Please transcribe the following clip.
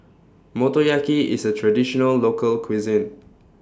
Motoyaki IS A Traditional Local Cuisine